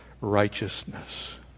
righteousness